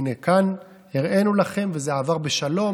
הינה, כאן הראינו לכם וזה עבר בשלום,